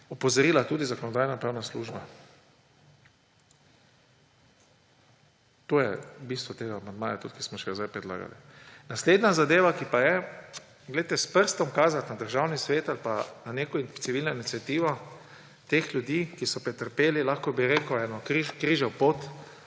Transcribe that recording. opozorila tudi Zakonodajno-pravna služba. To je bistvo tega amandmaja, ki smo ga zdaj predlagali. Naslednja zadeva, glejte, s prstom kazati na Državni svet ali pa na civilno iniciativo teh ljudi, ki so pretrpeli en križev pot